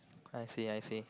I see I see